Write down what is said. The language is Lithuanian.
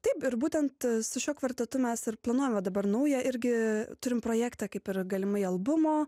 taip ir būtent su šiuo kvartetu mes ir planuojame dabar naują irgi turim projektą kaip ir galimai albumo